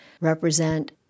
represent